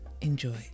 Enjoy